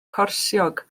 corsiog